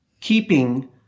keeping